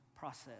process